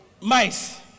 Mice